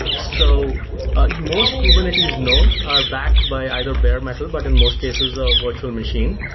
so ah most kubernetes nodes are backed by either bare metal, but in most cases a virtual machine,